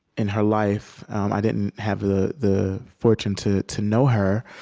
in her life i didn't have the the fortune to to know her,